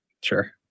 Sure